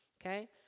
Okay